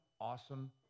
awesome